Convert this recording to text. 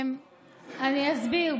אני אסביר.